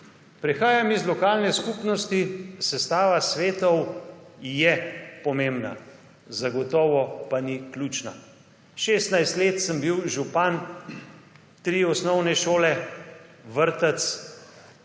Prihajam iz lokalne skupnosti. Sestava svetov je pomembna, zagotovo pa ni ključna. 16 let sem bil župan, tri osnovne šole, vrtec,